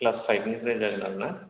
class पाइभनिफ्राय जागोन आरो ना